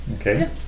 Okay